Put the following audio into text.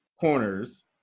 corners